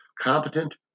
competent